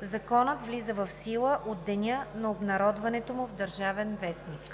Законът влиза в сила от деня на обнародването му в „Държавен вестник“.“